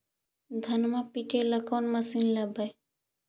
धनमा पिटेला कौन मशीन लैबै?